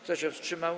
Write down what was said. Kto się wstrzymał?